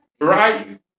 right